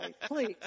please